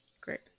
great